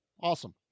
Awesome